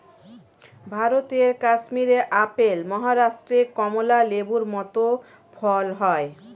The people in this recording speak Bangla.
ভারতের কাশ্মীরে আপেল, মহারাষ্ট্রে কমলা লেবুর মত ফল হয়